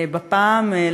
בפעם,